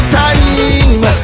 time